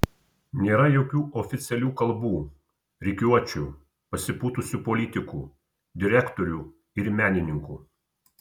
nėra jokių oficialių kalbų rikiuočių pasipūtusių politikų direktorių ir menininkų